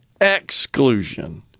exclusion